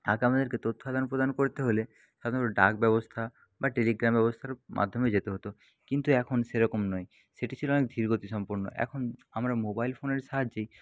আগে আমাদেরকে তথ্য আদান প্রদান করতে হলে সাধারণত ডাকব্যবস্থা বা টেলিগ্রাম ব্যবস্থার মাধ্যমে যেতে হতো কিন্তু এখন সেরকম নয় সেটি ছিল অনেক ধীরগতিসম্পন্ন এখন আমরা মোবাইল ফোনের সাহায্যেই